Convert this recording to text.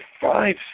five